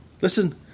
listen